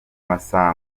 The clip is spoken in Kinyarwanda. masa